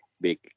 big